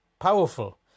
powerful